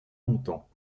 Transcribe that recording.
montant